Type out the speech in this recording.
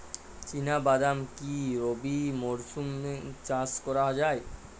চিনা বাদাম কি রবি মরশুমে চাষ করা যায়?